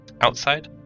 outside